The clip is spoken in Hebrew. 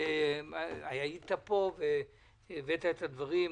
שהיית פה והבאת את הדברים.